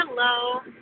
Hello